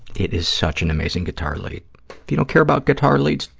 it is such an amazing guitar lead. if you don't care about guitar leads,